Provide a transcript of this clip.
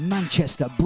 Manchester